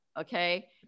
okay